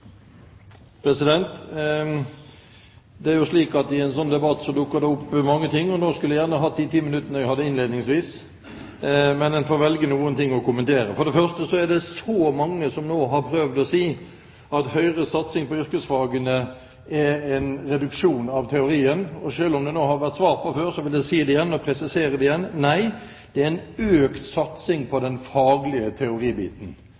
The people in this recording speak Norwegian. slik at i en sånn debatt dukker det opp mange ting, og nå skulle jeg gjerne hatt de ti minuttene jeg hadde innledningsvis. Men en får velge å kommentere noe. For det første er det så mange som nå har prøvd å si at Høyres satsing på yrkesfagene er en reduksjon av teorien, og selv om det nå har vært svart på før, vil jeg si det igjen, og presisere det igjen, nei, det er en økt satsing på den faglige teoribiten,